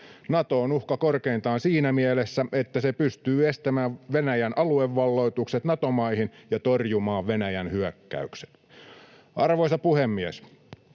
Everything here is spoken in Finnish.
Nato on uhka korkeintaan siinä mielessä, että se pystyy estämään Venäjän aluevalloitukset Nato-maihin ja torjumaan Venäjän hyökkäyksen. Arvoisa puhemies!